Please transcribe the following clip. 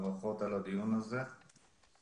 ברשימה לצרכים לגיטימיים ולקבל על כך קנס.